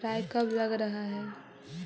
राई कब लग रहे है?